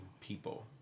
people